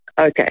Okay